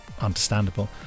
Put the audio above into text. Understandable